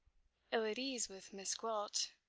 ill at ease with miss gwilt,